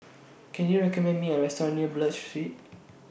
Can YOU recommend Me A Restaurant near Buroh Street